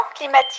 climatique